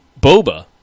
Boba